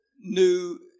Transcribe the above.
new